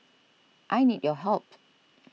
I need your help